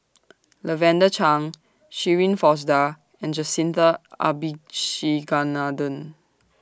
Lavender Chang Shirin Fozdar and Jacintha Abisheganaden